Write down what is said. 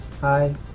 hi